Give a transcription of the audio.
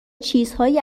چیزهایی